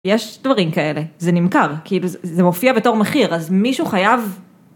‫יש דברים כאלה, זה נמכר, ‫זה מופיע בתור מחיר, אז מישהו חייב...